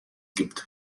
gibt